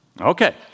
Okay